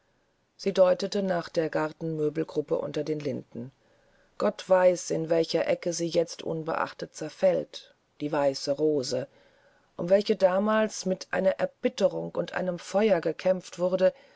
sie deutete nach der gartenmöbelgruppe unter den linden gott weiß in welcher ecke sie jetzt unbeachtet zerfällt die weiße rose um welche damals mit einer erbitterung einem feuer gekämpft wurde